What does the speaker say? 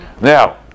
Now